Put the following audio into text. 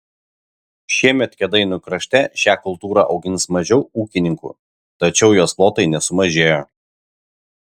šiemet kėdainių krašte šią kultūrą augins mažiau ūkininkų tačiau jos plotai nesumažėjo